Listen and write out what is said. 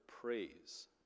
praise